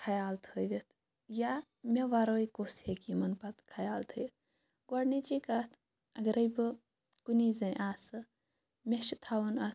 خیال تھٲوِتھ یا مےٚ وَرٲے کُس ہیٚکہِ یِمَن پَتہٕ خیال تھٲوِتھ گۄڈنِچی کَتھ اگرے بہٕ کُنی زٔنۍ آسہٕ مےٚ چھُ تھاوُن اَتھ